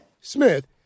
Smith